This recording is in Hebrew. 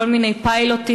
כל מיני פיילוטים,